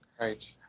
Right